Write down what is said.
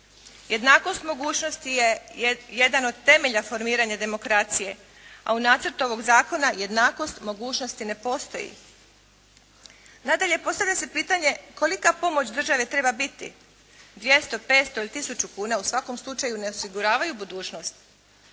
Jednakost mogućnosti je jedan od temelja formiranja demokracije, a u Nacrtu ovog zakona jednakost mogućnosti ne postoji. Nadalje postavlja se pitanje kolika pomoć države treba biti, 200, 500 ili tisuću kuna? U svakom slučaju ne osiguravaju budućnost.